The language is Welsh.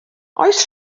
oes